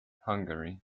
hungary